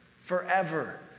forever